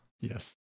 Yes